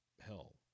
hell